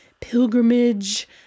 pilgrimage